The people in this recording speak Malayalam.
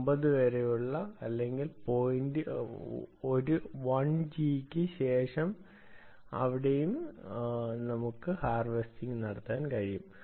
9 വരെ അല്ലെങ്കിൽ 1 G ക്ക് ശേഷം എവിടെയും കഴിയും